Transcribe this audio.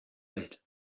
welt